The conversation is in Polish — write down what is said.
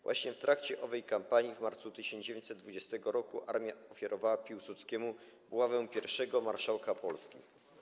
Właśnie w trakcie owej kampanii w marcu 1920 r. armia ofiarowała Piłsudskiemu buławę pierwszego marszałka Polski.